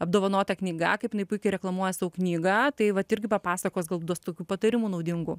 apdovanota knyga kaip jinai puikiai reklamuoja savo knygą tai vat irgi papasakos gal tos tokių patarimų naudingų